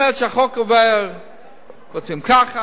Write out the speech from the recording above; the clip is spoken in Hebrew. כשהחוק עובר כותבים ככה,